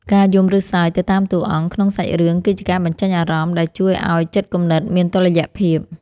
ការយំឬសើចទៅតាមតួអង្គក្នុងសាច់រឿងគឺជាការបញ្ចេញអារម្មណ៍ដែលជួយឱ្យចិត្តគំនិតមានតុល្យភាព។